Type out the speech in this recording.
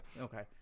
Okay